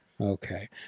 Okay